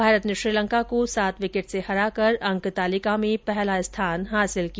भारत ने श्रीलंका को सात विकेट से हराकर अंक तालिका में पहला स्थान हासिल किया